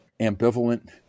ambivalent